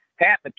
Pat